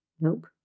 nope